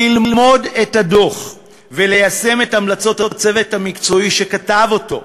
ללמוד את הדוח וליישם את המלצות הצוות המקצועי שכתב אותו,